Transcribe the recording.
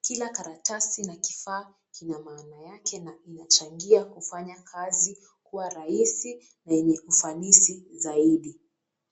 Kila karatasi na kifaa kina maana yake na inachangia kufanya kazi kuwa rahisi yenye ufanisi zaidi.